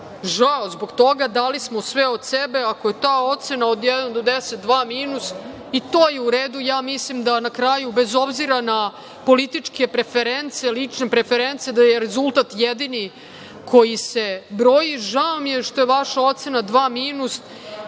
žao zbog toga, dali smo sve od sebe. Ako je ta ocena od jedan do deset, dva minus, i to je u redu, ja mislim da na kraju bez obzira na političke preference, lične preference, da je rezultat jedini koji se broji. Žao mi je što je vaša ocena dva minus